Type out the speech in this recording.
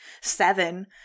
seven